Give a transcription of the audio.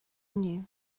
inniu